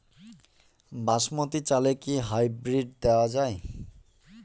বাসমতী চালে কি হাইব্রিড দেওয়া য়ায়?